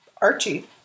Archie